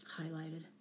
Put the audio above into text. highlighted